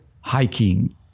hiking